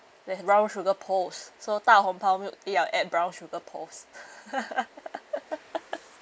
there's brown sugar pearls so 大红袍 milk add brown sugar pearls